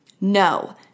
No